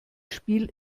spiel